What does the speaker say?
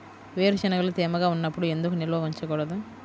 వేరుశనగలు తేమగా ఉన్నప్పుడు ఎందుకు నిల్వ ఉంచకూడదు?